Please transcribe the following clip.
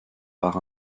par